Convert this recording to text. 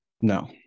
no